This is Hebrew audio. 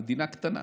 המדינה קטנה.